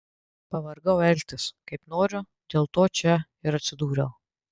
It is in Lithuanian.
pavargau elgtis kaip noriu dėl to čia ir atsidūriau